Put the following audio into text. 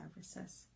Services